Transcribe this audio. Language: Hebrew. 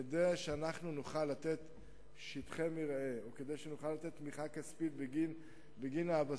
כדי שנוכל לתת שטחי מרעה וכדי שנוכל לתת תמיכה כספית בגין האבסה,